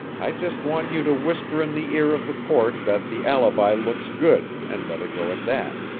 i just want you to whisper in the ear of the court that the alibi looks good, and let it go at that.